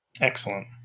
Excellent